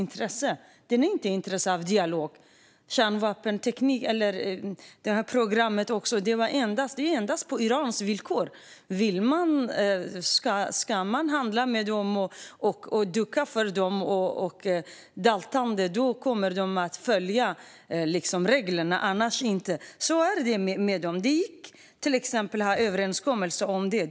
Iran är inte intresserat av dialog. Programmet gällande kärnvapen är endast på Irans villkor. Om man handlar med, duckar för och daltar med Iran kommer de att följa reglerna - annars inte. Så är det med dem. Det gick att ha en överenskommelse om det.